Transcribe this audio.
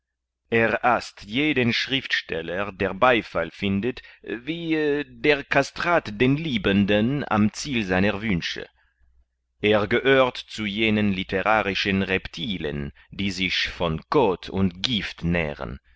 er haßt jeden schriftsteller der beifall findet wie der kastrat den liebenden am ziel seiner wünsche er gehört zu jenen literarischen reptilen die sich von koth und gift nähren